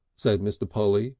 said mr. polly,